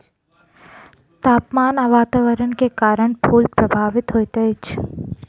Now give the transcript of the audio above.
तापमान आ वातावरण के कारण फूल प्रभावित होइत अछि